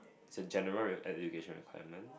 it's a general education requirement